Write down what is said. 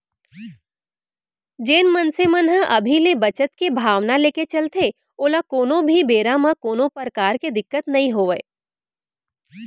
जेन मनसे मन ह अभी ले बचत के भावना लेके चलथे ओला कोनो भी बेरा म कोनो परकार के दिक्कत नइ होवय